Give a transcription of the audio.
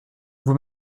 vous